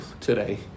today